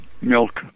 Milk